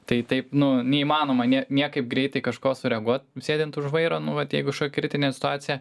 tai taip nu neįmanoma ne niekaip greitai kažko sureaguot sėdint už vairo nu vat jeigu kažkokia kritinė situacija